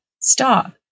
Stop